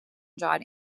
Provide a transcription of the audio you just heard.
john